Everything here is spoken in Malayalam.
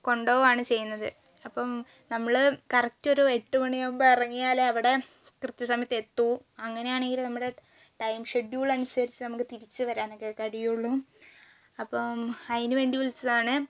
കൊണ്ടുപോവുകയാണ് ചെയ്യുന്നത് അപ്പം നമ്മൾ കറക്ടൊരു എട്ടു മണിയാവുമ്പം ഇറങ്ങിയാലവിടെ കൃത്യ സമയത്ത് എത്തൂ അങ്ങനെയാണെങ്കിൽ നമ്മുടെ ടൈം ഷെഡ്യൂളനുസരിച്ച് നമുക്ക് തിരിച്ച് വരാനൊക്കെ കഴിയുകയുള്ളൂ അപ്പം അതിന് വേണ്ടി വിളിച്ചതാണ്